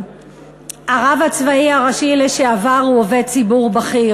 הרב הצבאי הראשי לשעבר הוא עובד ציבור בכיר.